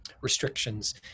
restrictions